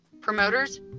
Promoters